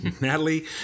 Natalie